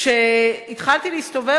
כשהתחלתי להסתובב,